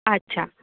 अच्छा